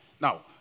Now